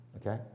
Okay